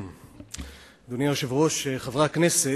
אדוני היושב-ראש, חברי הכנסת,